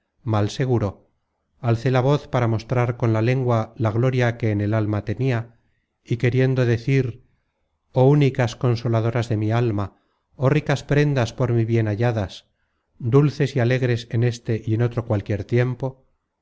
mal seguro alcé la voz para mostrar con la lengua la gloria que en el alma tenia y queriendo decir oh únicas consoladoras de mi alma oh ricas prendas por mi bien halladas dulces y alegres en este y en otro cualquier tiempo